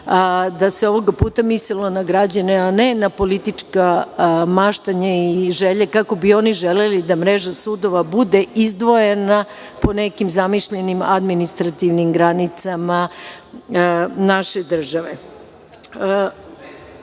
da se ovoga puta mislilo na građane, a ne na politička maštanja i želje, kako bi oni želeli da mreža sudova bude izdvojena po nekim zamišljenim administrativnim granicama naše države. Kosovo